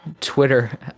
Twitter